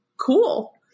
cool